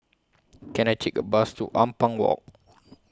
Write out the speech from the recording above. Can I Take A Bus to Ampang Walk